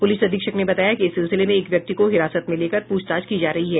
police अधीक्षक ने बताया कि इस सिलसिले में एक व्यक्ति को हिरासत में लेकर पूछताछ की जा रही है